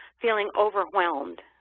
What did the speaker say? feeling overwhelmed.